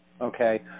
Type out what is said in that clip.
Okay